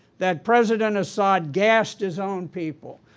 that president assad gassed his own people,